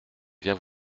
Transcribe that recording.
viens